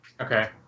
Okay